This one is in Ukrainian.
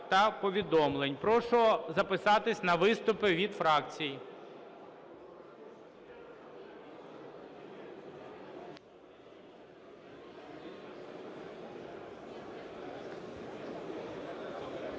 Прошу записатися на виступи від фракцій.